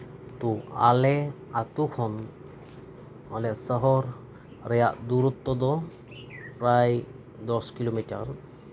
ᱛᱚ ᱟᱞᱮ ᱟᱹᱛᱳ ᱠᱷᱚᱱ ᱟᱞᱮ ᱥᱚᱦᱚᱨ ᱨᱮᱭᱟᱜ ᱫᱩᱨᱚᱛᱛᱚ ᱫᱚ ᱯᱨᱟᱭ ᱫᱚᱥ ᱠᱤᱞᱳᱢᱤᱴᱟᱨ